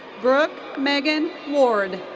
brooke megan ward.